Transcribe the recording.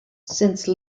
since